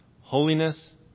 holiness